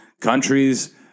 Countries